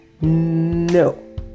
no